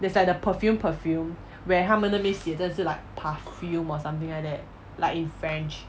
there's like the perfume perfume where 他们那边写的是 men na bian xie de shi like parfum or something like that like in french